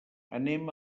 anem